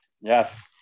yes